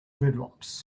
dreadlocks